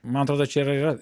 man atrodo čia ir yra